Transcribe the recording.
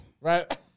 Right